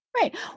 Right